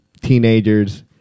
teenagers